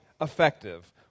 effective